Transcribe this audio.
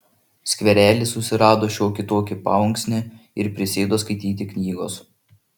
skverely susirado šiokį tokį paunksnį ir prisėdo skaityti knygos